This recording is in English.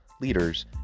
leaders